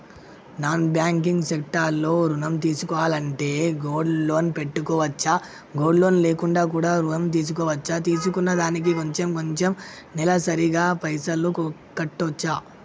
Non banking sector లో ఋణం తీసుకోవాలంటే గోల్డ్ లోన్ పెట్టుకోవచ్చా? గోల్డ్ లోన్ లేకుండా కూడా ఋణం తీసుకోవచ్చా? తీసుకున్న దానికి కొంచెం కొంచెం నెలసరి గా పైసలు కట్టొచ్చా?